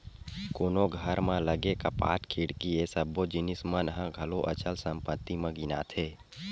कोनो घर म लगे कपाट, खिड़की ये सब्बो जिनिस मन ह घलो अचल संपत्ति म गिनाथे